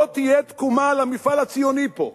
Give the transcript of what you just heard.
לא תהיה תקומה למפעל הציוני פה,